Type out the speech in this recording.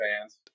fans